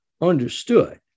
understood